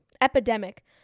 epidemic